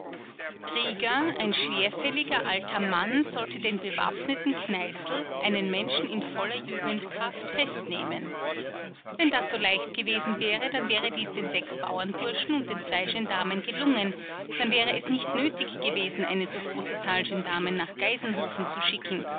rieger ein schwerfälliger alter mann sollte den bewaffneten kneißl einen menschen in voller jugendkraft festnehmen wenn das so leicht gewesen wäre dann wäre dies den sechs bauernburschen und den zwei gendarmen gelungen dann wäre es nicht nötig gewesen eine so große zahl gendarmen nach geisenhofen zu schicken